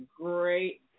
great